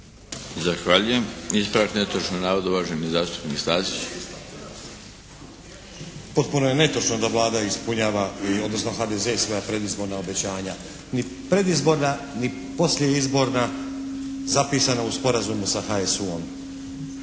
Zahvaljujem. Ispravak netočnog navoda uvaženi zastupnik Stazić. **Stazić, Nenad (SDP)** Potpuno je netočno da Vlada ispunjava odnosno HDZ svoja predizborna obećanja. Ni predizborna, ni poslijeizborna zapisana u sporazumu sa HSU-om.